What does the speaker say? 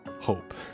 hope